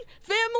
family